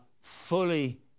fully